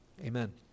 Amen